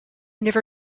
never